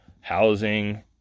housing